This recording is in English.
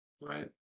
right